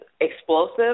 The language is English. explosive